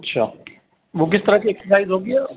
اچھا وہ کس طرح کی ایکسرسائز ہوتی ہے